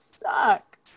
suck